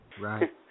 Right